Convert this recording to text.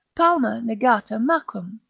palma negata macrum,